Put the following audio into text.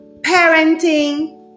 parenting